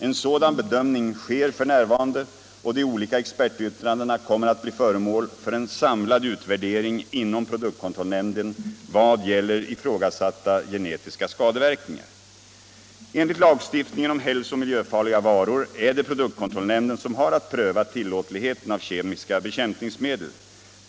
En sådan bedömning sker f. n., och de olika expertyttrandena kommer att bli föremål för en samlad utvärdering inom produktkontrollnämnden vad gäller ifrågasatta genetiska skadeverkningar. Enligt lagstiftningen om hälsooch miljöfarliga varor är det produktkontrollnämnden som har att pröva tillåtligheten av kemiska bekämpningsmedel.